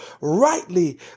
rightly